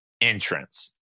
entrance